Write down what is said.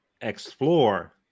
explore